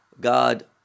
god